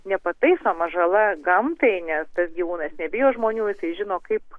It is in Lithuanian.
nepataisoma žala gamtai nes tas gyvūnas nebijo žmonių jisai žino kaip